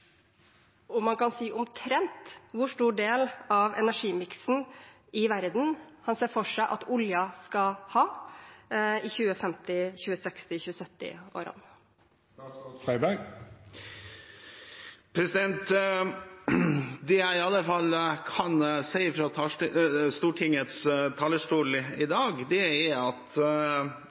om han kan si omtrent hvor stor del av energimiksen i verden han ser for seg at oljen skal utgjøre i 2050–2060–2070-årene. Det jeg i alle fall kan si fra Stortingets talerstol i dag, er at vårt bidrag til Parisavtalen er basert på at